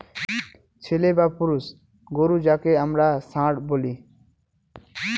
ছেলে বা পুরুষ গোরু যাকে আমরা ষাঁড় বলি